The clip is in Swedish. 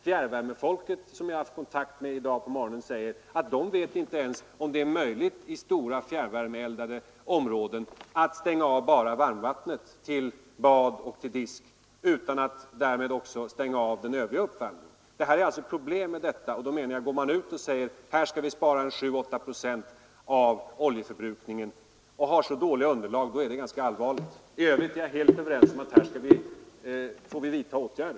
Fjärrvärmefolket, som jag haft kontakt med i dag på morgonen, säger att de vet inte ens om det är möjligt i stora fjärrvärmeeldade områden att stänga av bara varmvattnet till bad och disk utan att därmed också stänga av den övriga uppvärmningen. Går man ut och säger att det går att spara 7—8 procent av oljeförbrukningen, men har så dåligt underlag, då är det ganska allvarligt. I övrigt är jag helt med på att vi måste vidta åtgärder.